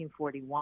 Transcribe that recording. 1941